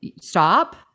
stop